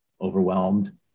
overwhelmed